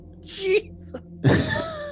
Jesus